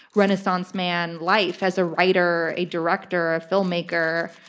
renaissance man life as a writer, a director, a filmmaker,